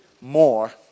more